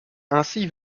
ainsi